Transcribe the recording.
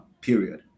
period